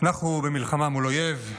אנחנו במלחמה מול אויב,